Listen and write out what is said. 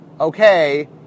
okay